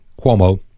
Cuomo